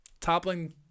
toppling